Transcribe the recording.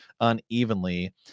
unevenly